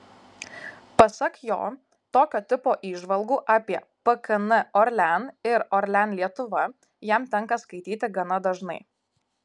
pasak jo tokio tipo įžvalgų apie pkn orlen ir orlen lietuva jam tenka skaityti gana dažnai